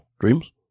Dreams